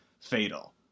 fatal